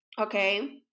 Okay